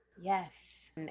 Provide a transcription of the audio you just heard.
Yes